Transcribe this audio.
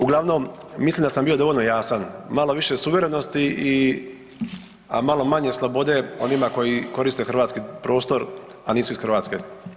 Uglavnom mislim da sam bio dovoljno jasan malo više suverenosti, a malo manje slobode onima koji koriste hrvatski prostor, a nisu iz Hrvatske.